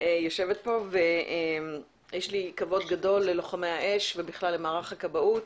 יש לי כבוד גדול ללוחמי האש ובכלל למערך הכבאות..